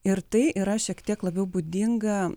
ir tai yra šiek tiek labiau būdinga